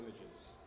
images